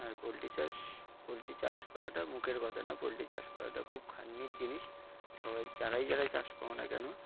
আর poultry চাষ poultry চাষ করাটা মুখের কথা না পোলট্রী চাষ করাটা খুব খানির জিনিস সবাই যারাই যারাই চাষ করো না কেন